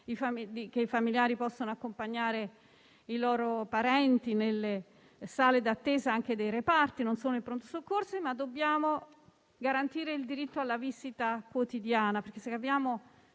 che i familiari possano accompagnare i loro parenti nelle sale d'attesa anche dei reparti e non solo in pronto soccorso. Dobbiamo garantire il diritto alla visita quotidiana, perché sappiamo